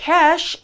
Cash